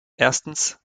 erstens